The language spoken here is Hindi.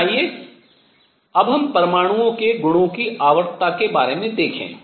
लेकिन आइए अब हम परमाणुओं के गुणों की आवर्तता के बारे में देखें